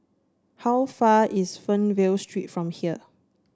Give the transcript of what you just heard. how far is Fernvale Street from here